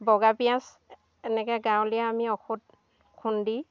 বগা পিঁয়াজ এনেকৈ গাঁৱলীয়া আমি ঔষধ খুন্দি